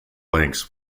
links